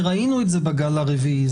ראינו את זה בגל הרביעי,